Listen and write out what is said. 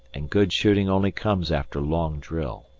and good shooting only comes after long drill.